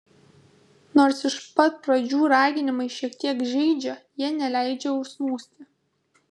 nors iš pat pradžių raginimai šiek tiek žeidžia jie neleidžia užsnūsti